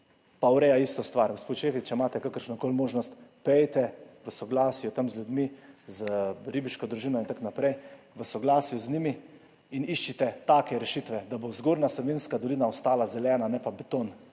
pa ureja isto stvar. Gospod Šefic, če imate kakršnokoli možnost, pojdite v soglasju s tamkajšnjimi ljudmi, z ribiško družino in tako naprej, v soglasju z njimi in iščite take rešitve, da bo Zgornja Savinjska dolina ostala zelena, ne pa beton.